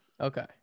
Okay